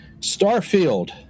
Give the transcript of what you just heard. Starfield